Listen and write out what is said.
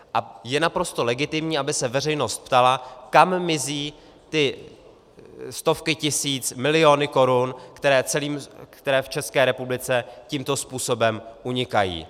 A je naprosto legitimní, aby se veřejnost ptala, kam mizí ty stovky tisíc, miliony korun, které v České republice tímto způsobem unikají.